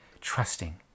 trusting